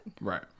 right